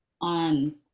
on